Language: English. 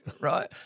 right